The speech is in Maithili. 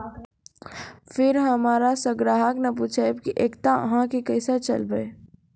फिर हमारा से ग्राहक ने पुछेब की एकता अहाँ के केसे चलबै?